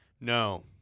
No